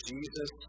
Jesus